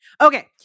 Okay